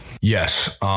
Yes